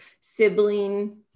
sibling